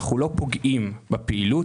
אנחנו לא פוגעים בפעילות.